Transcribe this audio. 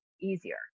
easier